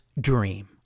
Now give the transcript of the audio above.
dream